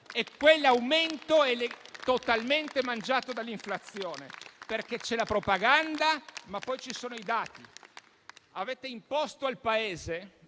Quell'aumento è totalmente mangiato dall'inflazione, perché c'è la propaganda, ma poi ci sono i dati. Avete imposto al Paese